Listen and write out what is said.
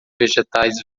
vegetais